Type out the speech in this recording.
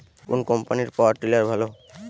কোন কম্পানির power tiller ভালো?